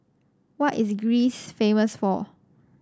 what is Greece famous for